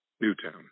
Newtown